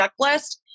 checklist